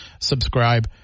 subscribe